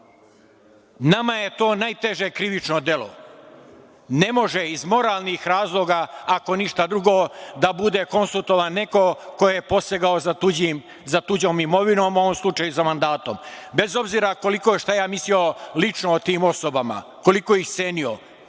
Nama je to najteže krivično delo. Ne može iz moralnih razloga ako ništa drugo, da bude konsultovan neko ko je posegao za tuđom imovinom, u ovom slučaju za mandatom, bez obzira šta ja mislio lično o tim osobama, koliko ih cenio,